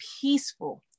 peaceful